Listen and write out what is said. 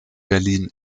berlin